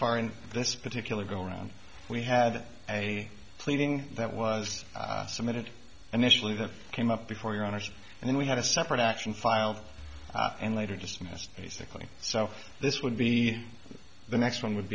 far in this particular go round we had a pleading that was submitted and actually that came up before your honor's and then we have a separate action filed and later dismissed basically so this would be the next one would